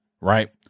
right